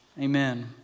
Amen